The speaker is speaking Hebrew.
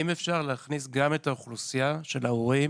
אם אפשר להכניס גם את האוכלוסייה של ההורים